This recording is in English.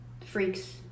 freaks